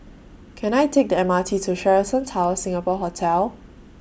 Can I Take The M R T to Sheraton Towers Singapore Hotel